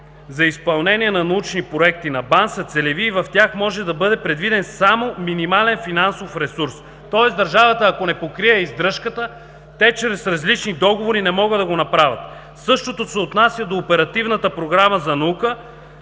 за изпълнение на научни проекти на БАН са целеви и в тях може да бъде предвиден само минимален финансов ресурс. Тоест държавата, ако не покрие издръжката, те чрез различни договори не могат да го направят. Същото се отнася до Оперативната програма за наука,